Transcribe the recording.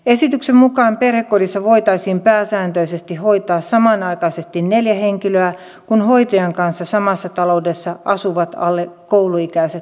esityksen mukaan perhekodissa voitaisiin pääsääntöisesti hoitaa samanaikaisesti neljä henkilöä kun hoitajan kanssa samassa taloudessa asuvat alle kouluikäiset lapset